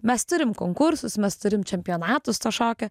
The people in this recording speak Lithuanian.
mes turim konkursus mes turim čempionatus to šokio